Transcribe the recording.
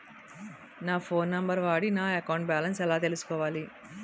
నా phone number వాడి నా అకౌంట్ బాలన్స్ ఎలా తెలుసుకోవాలి?